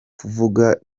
kuvuga